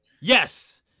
Yes